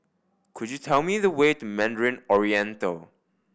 could you tell me the way to Mandarin Oriental